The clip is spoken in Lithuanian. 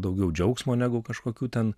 daugiau džiaugsmo negu kažkokių ten